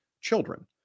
children